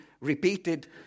repeated